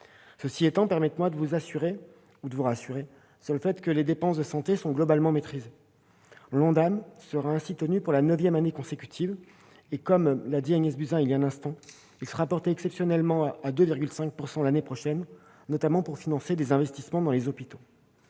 Cela étant, permettez-moi de vous rassurer, les dépenses de santé sont globalement maîtrisées. L'ONDAM sera ainsi respecté pour la neuvième année consécutive. De plus, comme l'a dit Agnès Buzyn il y a un instant, il sera exceptionnellement porté à 2,5 % l'année prochaine pour financer l'investissement dans les hôpitaux,